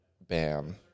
bam